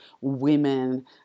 women